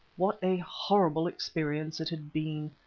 what a horrible experience it had been!